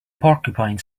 porcupine